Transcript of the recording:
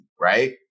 right